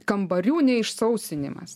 kambarių neišsausinimas